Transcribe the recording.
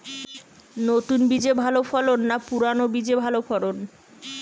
নতুন বীজে ভালো ফলন না পুরানো বীজে ভালো ফলন?